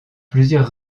plusieurs